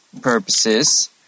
purposes